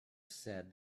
said